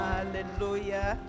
Hallelujah